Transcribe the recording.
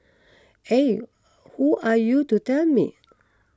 eh who are you to tell me